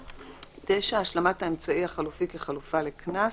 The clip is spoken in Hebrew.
השלמת האמצעי החלופי כחלופה לקנס